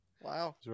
Wow